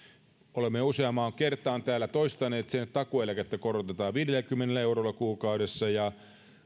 olemme jo useampaan kertaan täällä toistaneet sen että takuueläkettä korotetaan viidelläkymmenellä eurolla kuukaudessa ja